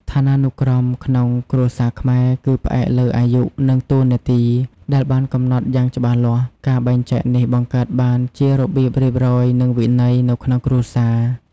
ឋានានុក្រមក្នុងគ្រួសារខ្មែរ គឺផ្អែកលើ អាយុ និងតួនាទី ដែលបានកំណត់យ៉ាងច្បាស់លាស់។ ការបែងចែកនេះបង្កើតបានជា របៀបរៀបរយ និងវិន័យ នៅក្នុងគ្រួសារ។